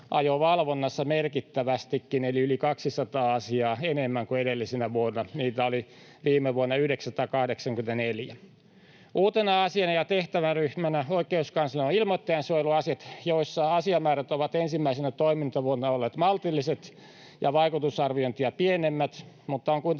asianajovalvonnassa merkittävästikin eli yli 200 asiaa enemmän kuin edellisenä vuonna. Niitä oli viime vuonna 984. Uutena asiana ja tehtäväryhmänä oikeuskanslerilla on ilmoittajansuojeluasiat, joissa asiamäärät ovat ensimmäisenä toimintavuonna olleet maltilliset ja vaikutusarviointia pienemmät, mutta on kuitenkin